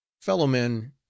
Fellow-men